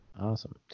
Awesome